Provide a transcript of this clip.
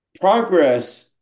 Progress